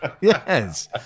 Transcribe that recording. Yes